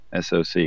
SOC